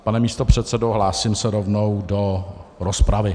Pane místopředsedo, hlásím se rovnou do rozpravy.